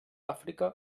àfrica